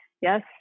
Yes